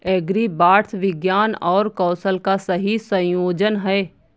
agribots विज्ञान और कौशल का सही संयोजन हैं